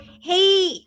Hey